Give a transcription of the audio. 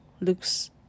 looks